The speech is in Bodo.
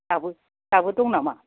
दाबो दं नामा